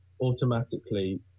automatically